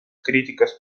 críticas